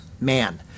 man